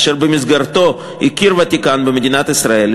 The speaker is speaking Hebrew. אשר במסגרתו הכיר הוותיקן במדינת ישראל,